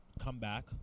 comeback